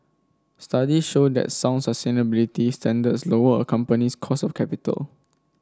studies show that sound sustainability standards lower a company's cost of capital